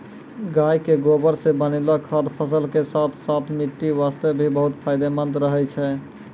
गाय के गोबर सॅ बनैलो खाद फसल के साथॅ साथॅ मिट्टी वास्तॅ भी बहुत फायदेमंद रहै छै